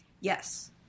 Yes